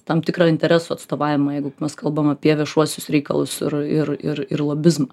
tam tikrą interesų atstovavimą jeigu mes kalbam apie viešuosius reikalus ir ir ir lobizmą